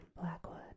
Blackwood